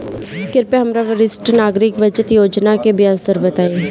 कृपया हमरा वरिष्ठ नागरिक बचत योजना के ब्याज दर बताइं